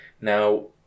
Now